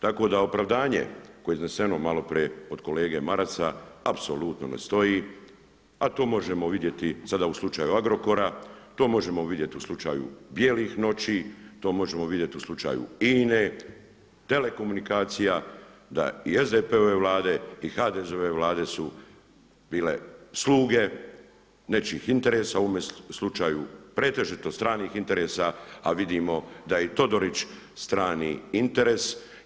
Tako da opravdanje koje je izneseno malo prije od kolege Marasa apsolutno ne stoji a to možemo vidjeti sada u slučaju Agrokora, to možemo vidjeti u slučaju bijelih noći, to možemo vidjeti u slučaju INA-e, Telekomunikacija da i SDP-ove Vlade i HDZ-ove Vlade su bile sluge nečijih interesa u ovome slučaju pretežito stranih interesa a vidimo da je i Todorić strani interes.